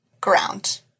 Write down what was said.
ground